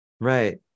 Right